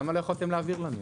למה לא יכולתם להעביר לנו?